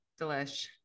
Delish